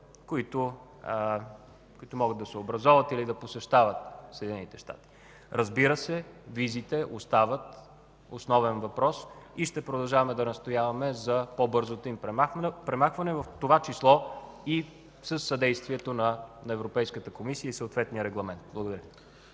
които могат да се образоват или да посещават Съединените щати. Разбира се, визите остават основен въпрос и ще продължаваме да настояваме за по-бързото им премахване, в това число и със съдействието на Европейската комисия и съответния Регламент. Благодаря.